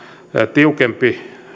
tiukempi